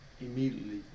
immediately